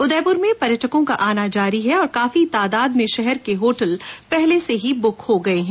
उदयपुर में पर्यटकों का आना जारी है और काफी तादाद में शहर के होटल पहले से ही बुक हो गये हैं